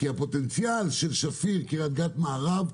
כי הפוטנציאל של שפיר, קריית גת מערב,